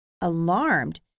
alarmed